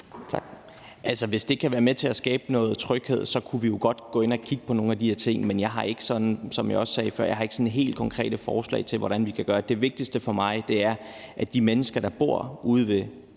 Tak. Hvis det kan være med til at skabe noget tryghed, kunne vi jo godt gå ind og kigge på nogle af de her ting, men jeg har ikke, som jeg også sagde før, sådan helt konkrete forslag til, hvordan vi kan gøre det. Det vigtigste for mig er, at de mennesker, der bor ude ved